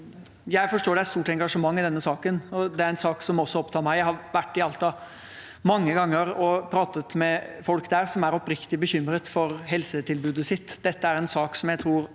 Jeg forstår at det er stort engasjement i denne saken. Det er en sak som også opptar meg. Jeg har vært i Alta mange ganger og pratet med folk der som er oppriktig bekymret for helsetilbudet sitt. Dette er en sak som jeg tror